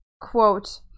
quote